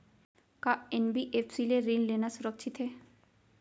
का एन.बी.एफ.सी ले ऋण लेना सुरक्षित हे?